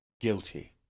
guilty